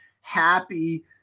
happy